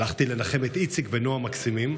הלכתי לנחם את איציק ונועה המקסימים,